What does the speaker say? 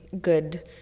good